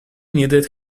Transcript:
needed